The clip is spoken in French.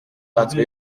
quatre